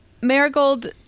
Marigold